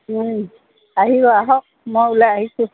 আহিব আহক মই ওলাই আহিছোঁ